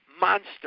monster